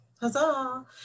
huzzah